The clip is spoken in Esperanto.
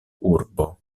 urbo